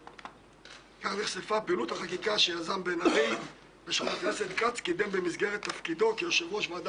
אורך הדיונים בוועדה נמנע חבר הכנסת כץ ביודעין מלמסור לחברי הועדה